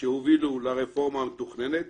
שהובילו לרפורמה המתוכננת